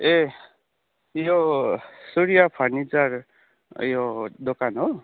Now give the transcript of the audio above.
ए यो सूर्य फर्निचर ऊ यो दोकान हो